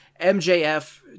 MJF